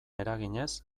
eraginez